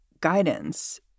guidance